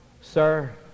sir